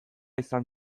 izan